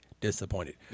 disappointed